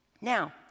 Now